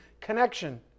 connection